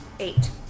Eight